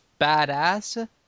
badass